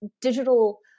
digital